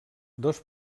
dos